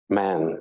man